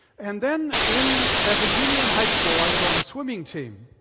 and then in, as a junior in high school, i was on a swimming team.